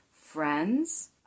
friends